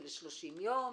זה ל-30 יום,